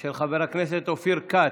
של חבר הכנסת אופיר כץ.